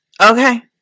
Okay